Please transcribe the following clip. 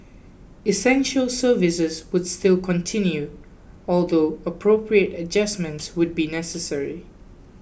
essential services would still continue although appropriate adjustments would be necessary